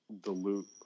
dilute